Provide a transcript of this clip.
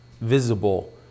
visible